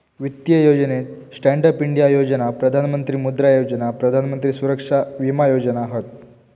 वित्तीय योजनेत stand up India Yojana, Pradhan Mantri Mudra Yojana, Pradhan Mantri Suraksha Bima Yojana हत